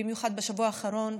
במיוחד בשבוע האחרון,